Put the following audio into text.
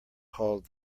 called